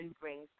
brings